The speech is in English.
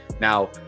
Now